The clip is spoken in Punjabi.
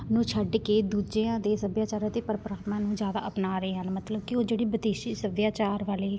ਨੂੰ ਛੱਡ ਕੇ ਦੂਜਿਆਂ ਦੇ ਸੱਭਿਆਚਾਰ ਅਤੇ ਪ੍ਰੰਪਰਾਵਾਂ ਨੂੰ ਜ਼ਿਆਦਾ ਅਪਣਾ ਰਹੇ ਹਨ ਮਤਲਬ ਕਿ ਉਹ ਜਿਹੜੇ ਵਿਦੇਸ਼ੀ ਸੱਭਿਆਚਾਰ ਵਾਲੇ